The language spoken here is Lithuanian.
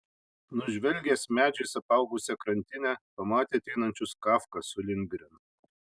nužvelgęs medžiais apaugusią krantinę pamatė ateinančius kafką su lindgren